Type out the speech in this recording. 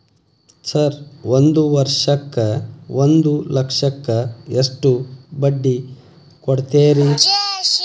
Sir ಒಂದು ವರ್ಷಕ್ಕ ಒಂದು ಲಕ್ಷಕ್ಕ ಎಷ್ಟು ಬಡ್ಡಿ ಕೊಡ್ತೇರಿ?